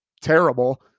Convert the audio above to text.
terrible